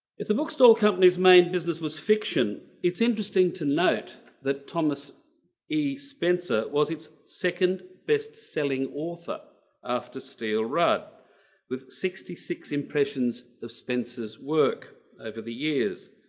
if the bookstall company's main business was fiction, it's interesting to note that thomas e spencer was its second best-selling author after steele rudd with sixty six impressions of spencer's work over the years.